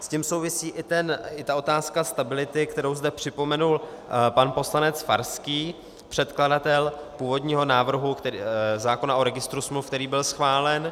S tím souvisí i otázka stability, kterou zde připomenul pan poslanec Farský, předkladatel původního návrhu zákona o registru smluv, který byl schválen.